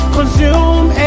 Consume